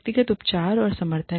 व्यक्तिगत उपचार और समर्थन